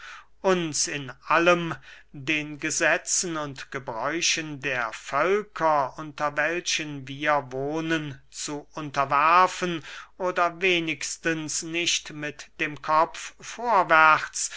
uns in allen den gesetzen und gebräuchen der völker unter welchen wir wohnen zu unterwerfen oder wenigstens nicht mit dem kopf vorwärts